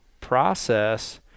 process